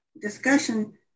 discussion